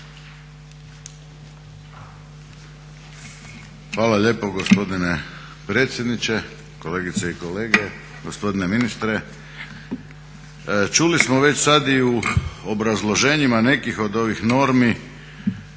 Hvala lijepo gospodine predsjedniče. Kolegice i kolege, gospodine ministre. Čuli smo već sad i u obrazloženjima nekih od ovih normi,